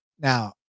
Now